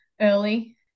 early